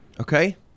Okay